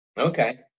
Okay